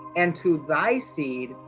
and to thy seed,